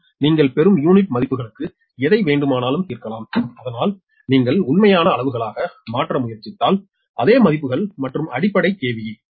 மற்றும் நீங்கள் பெறும் யூனிட் மதிப்புகளுக்கு எதை வேண்டுமானாலும் தீர்க்கலாம் ஆனால் நீங்கள் உண்மையான அளவுகளாக மாற்ற முயற்சித்தால் அதே மதிப்புகள் மற்றும் அடிப்படை KV